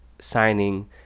signing